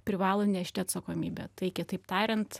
privalo nešti atsakomybę tai kitaip tariant